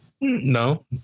No